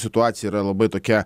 situacija yra labai tokia